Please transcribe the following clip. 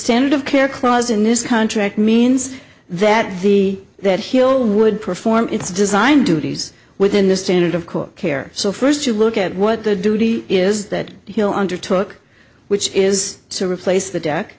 standard of care clause in this contract means that the that he'll would perform its design duties within the standard of court care so first you look at what the duty is that he'll undertook which is to replace the deck